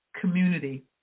Community